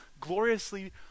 gloriously